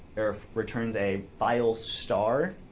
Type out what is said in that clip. returns a file star,